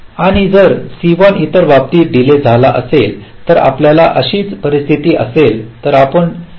आणि जर C1 इतर बाबतीत डीले झाला असेल तर आपल्यास अशीच परिस्थिती असेल तर आपण देखील गणना करू शकता